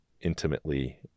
intimately